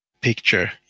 picture